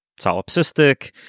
solipsistic